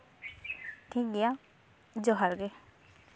ᱴᱷᱤᱠ ᱜᱮᱭᱟ ᱡᱚᱦᱟᱨ ᱜᱮ